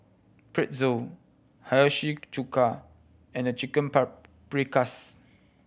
Pretzel Hiyashi Chuka and The Chicken Paprikas